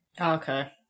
okay